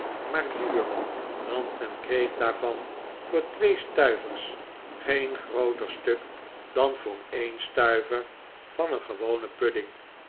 maar duur want men kreeg daarvan voor twee stuivers geen grooter stuk dan voor een stuiver van een gewonen pudding